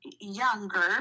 younger